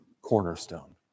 cornerstone